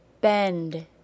Bend